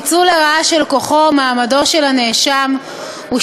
ניצול לרעה של כוחו או מעמדו של הנאשם הוא